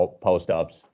post-ups